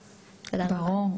תיראו,